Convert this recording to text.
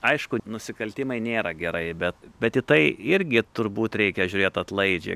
aišku nusikaltimai nėra gerai bet bet tai irgi turbūt reikia žiūrėt atlaidžiai